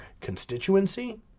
constituency